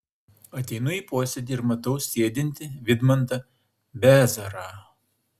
ateinu į posėdį ir matau sėdintį vidmantą bezarą